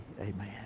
amen